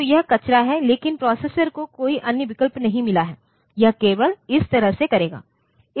तो यह कचरा है लेकिन प्रोसेसर को कोई अन्य विकल्प नहीं मिला है यह केवल इस तरह से करेगा